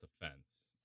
defense